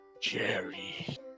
jerry